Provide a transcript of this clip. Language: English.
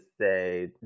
say